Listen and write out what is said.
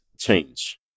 Change